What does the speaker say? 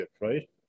right